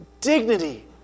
dignity